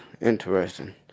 interesting